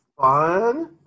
fun